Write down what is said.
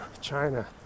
China